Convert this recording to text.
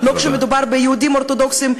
-- ולא כשמדובר ביהודים אורתודוקסים,